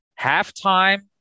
halftime